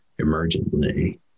emergently